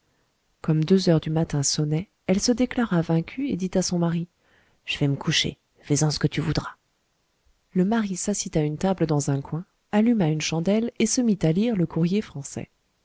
comme deux heures du matin sonnaient elle se déclara vaincue et dit à son mari je vais me coucher fais-en ce que tu voudras le mari s'assit à une table dans un coin alluma une chandelle et se mit à lire le courrier français